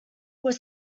were